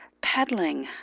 peddling